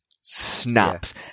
snaps